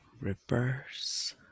reverse